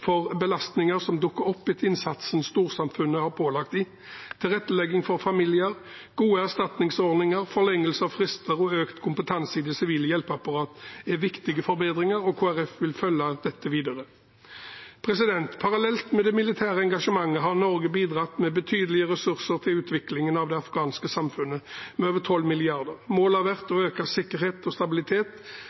for belastninger som dukker opp etter innsatsen storsamfunnet har pålagt dem. Tilrettelegging for familier, gode erstatningsordninger, forlengelse av frister og økt kompetanse i det sivile hjelpeapparatet er viktige forbedringer, og Kristelig Folkeparti vil følge dette videre. Parallelt med det militære engasjementet har Norge bidratt med betydelige ressurser til utviklingen av det afghanske samfunnet, med over 12 mrd. kr. Målet har vært økt sikkerhet og stabilitet,